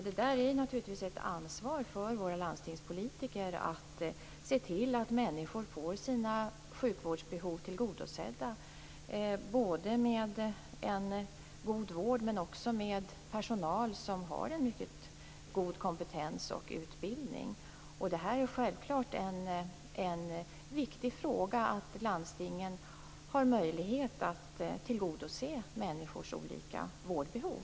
Det är naturligtvis ett ansvar för våra landstingspolitiker att se till att människor får sina sjukvårdsbehov tillgodosedda både med en god vård och med personal som har en mycket god kompetens och utbildning. Det är självklart en viktig fråga att landstingen har möjlighet att tillgodose människors olika vårdbehov.